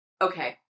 okay